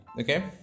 okay